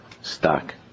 stock